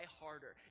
harder